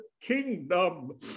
kingdom